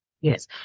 Yes